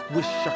Wish